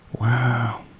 Wow